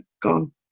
gone